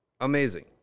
Amazing